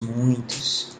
muitos